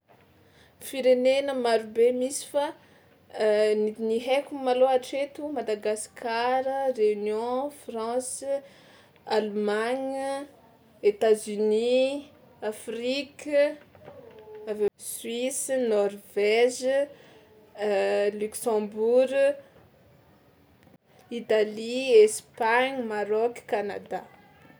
Firenena marobe misy fa ny ny haiko malôha hatreto: Madagasikara, Réunion, France, Allemagne, États-Unis, Afrique, avy eo Suisse, Norvège, Luxembourg, Italie, Espagne, Maroc, Canada